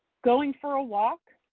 going for a walk,